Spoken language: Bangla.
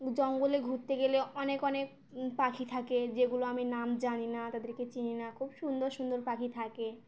জঙ্গলে ঘুরতে গেলে অনেক অনেক পাখি থাকে যেগুলো আমি নাম জানি না তাদেরকে চিনি না খুব সুন্দর সুন্দর পাখি থাকে